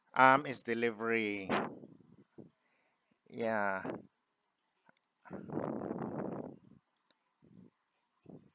um it's delivery ya